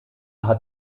hat